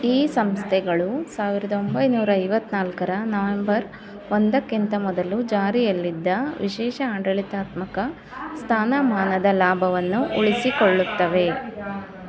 ಈ ಸಂಸ್ಥೆಗಳು ಸಾವಿರದ ಒಂಬೈನೂರ ಐವತ್ತು ನಾಲ್ಕರ ನವೆಂಬರ್ ಒಂದಕ್ಕಿಂತ ಮೊದಲು ಜಾರಿಯಲ್ಲಿದ್ದ ವಿಶೇಷ ಆಡಳಿತಾತ್ಮಕ ಸ್ಥಾನಮಾನದ ಲಾಭವನ್ನು ಉಳಿಸಿಕೊಳ್ಳುತ್ತವೆ